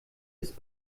ist